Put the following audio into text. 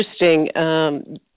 Interesting